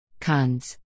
Cons